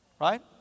right